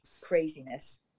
Craziness